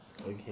Okay